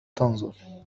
تنظر